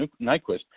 Nyquist